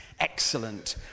Excellent